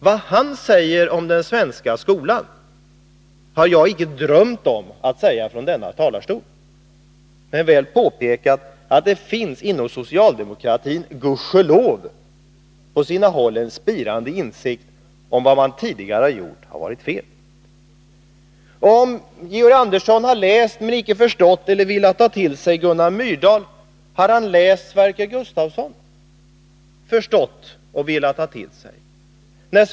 Vad Gunnar Myrdal säger om den svenska skolan har jag inte drömt om att säga från denna talarstol. Men jag vill påpeka att det inom socialdemokratin gudskelov på sina håll finns en spirande insikt om att vad man tidigare gjort har varit fel. Om Georg Andersson har läst men inte förstått eller velat ta till sig Gunnar Myrdal, har han läst Sverker Gustavsson, förstått honom och velat ta honom till sig?